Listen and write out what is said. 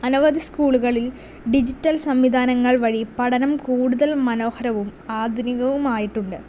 അനവധി സ്കൂളുകളിൽ ഡിജിറ്റൽ സംവിധാനങ്ങൾ വഴി പഠനം കൂടുതൽ മനോഹരവും ആധുനികവുമായിട്ടുണ്ട്